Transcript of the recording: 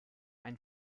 ein